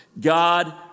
God